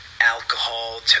alcohol